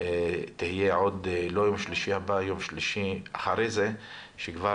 תהיה לא ביום שלישי הבא אלא ביום שלישי שאחריו כדי שכבר